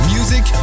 Music